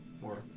More